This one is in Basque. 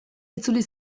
itzuli